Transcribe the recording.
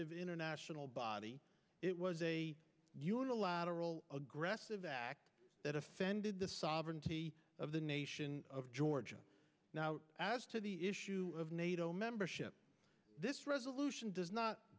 deliberative international body it was a unilateral aggressive act that offended the sovereignty of the nation of georgia as to the issue of nato membership this resolution does not